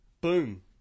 boom